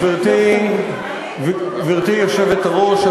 גברתי היושבת-ראש,